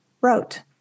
wrote